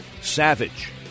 Savage